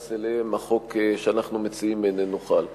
שהחוק שאנחנו מציעים איננו חל עליהם.